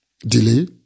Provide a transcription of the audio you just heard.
delay